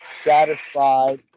satisfied